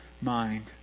mind